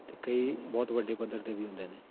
ਅਤੇ ਕਈ ਬਹੁਤ ਵੱਡੇ ਪੱਧਰ 'ਤੇ ਵੀ ਹੁੰਦੇ ਨੇ